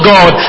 God